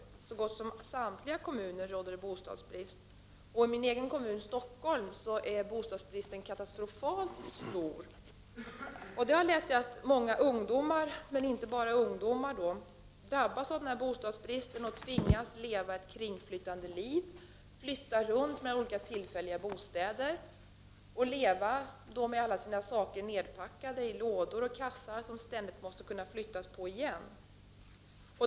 I så gott som samtliga kommuner råder det bostadsbrist, och i min kommun, Stockholm, är bostadsbristen katastrofalt stor. Detta har lett till att många ungdomar, men inte bara ungdomar, drabbas av bostadsbristen och tvingas leva ett kringflyttande liv. De får flytta runt, därför att de har tillfälliga bostäder. De måste leva med alla sin saker nedpackade i lådor och kassar, som ständigt måste kunna flyttas.